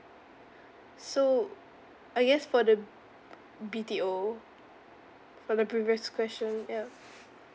so I guess for the B B_T_O for the previous question ya